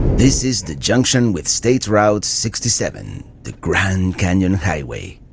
this is the junction with state route sixty seven. the grand canyon highway.